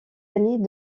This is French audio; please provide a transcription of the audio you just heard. années